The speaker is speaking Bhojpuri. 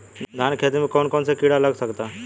धान के खेती में कौन कौन से किड़ा लग सकता?